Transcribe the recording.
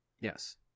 Yes